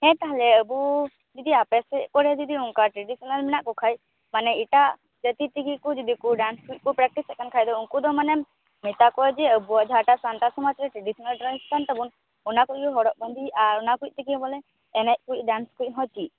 ᱦᱮᱸ ᱛᱟᱦᱚᱞᱮ ᱟᱵᱚ ᱡᱩᱫᱤ ᱟᱯᱮᱥᱮᱜ ᱠᱚᱨᱮ ᱡᱩᱫᱤ ᱚᱱᱠᱟ ᱴᱨᱮᱰᱤᱥᱚᱱᱟᱞ ᱢᱮᱱᱟᱜ ᱠᱚ ᱠᱷᱟᱡ ᱢᱟᱱᱮ ᱮᱴᱟᱜ ᱡᱟ ᱛᱤ ᱛᱮᱜᱮ ᱠᱚ ᱡᱩᱫᱤᱠᱚ ᱰᱟᱱᱥ ᱠᱚᱡ ᱠᱚ ᱯᱨᱟᱠᱴᱤᱥ ᱮᱜ ᱠᱟᱱ ᱠᱷᱟᱡ ᱫᱚ ᱩᱱᱠᱩᱫᱚ ᱢᱟᱱᱮ ᱢᱮᱛᱟᱠᱚᱣᱟ ᱡᱮ ᱟ ᱵᱩᱣᱟᱜ ᱡᱟᱦᱟᱸ ᱴᱟᱜ ᱥᱟᱱᱛᱟᱲ ᱥᱚᱢᱟᱡᱽ ᱨᱮ ᱴᱨᱮᱰᱤᱥᱚᱱᱟᱞ ᱰᱨᱮᱥ ᱠᱟᱱ ᱛᱟᱵᱚᱱ ᱚᱱᱟᱠᱚᱜᱮ ᱦᱚᱲᱚᱜ ᱵᱟᱱᱫᱤ ᱟᱨ ᱚᱱᱟ ᱠᱚᱭᱤᱡ ᱛᱮᱜᱮ ᱵᱚᱞᱮ ᱮᱱᱮᱡ ᱠᱚᱡ ᱰᱟᱱᱥ ᱠᱚᱭᱤᱡ ᱦᱚᱸ ᱪᱮᱫ